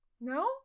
No